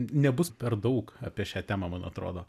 nebus per daug apie šią temą man atrodo